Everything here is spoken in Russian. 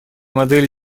модели